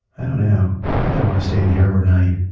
i don't know. i think i'd want to stay in here overnight.